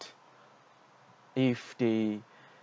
if they